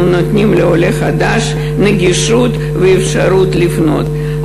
אנחנו נותנים לעולה חדש נגישות ואפשרות לפנות.